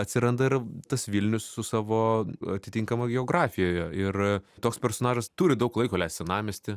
atsiranda ir tas vilnius su savo atitinkama geografija ir toks personažas turi daug laiko leist senamiesty